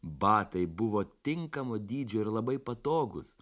batai buvo tinkamo dydžio ir labai patogūs